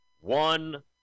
one